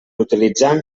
utilitzant